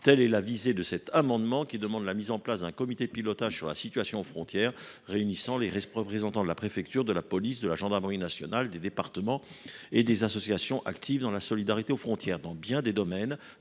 Tel est l’objet de cet amendement qui vise à mettre en place un comité de pilotage sur la situation aux frontières, réunissant les représentants de la préfecture, de la police, de la gendarmerie nationale, des départements et des associations actives dans la solidarité aux frontières. Dans bien des domaines,